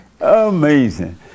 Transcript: Amazing